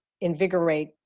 invigorate